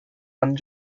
and